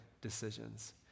decisions